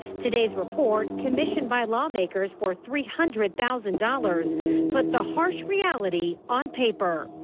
today's report commissioned by lawmakers for three hundred thousand dollars put the harsh reality on paper.